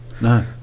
No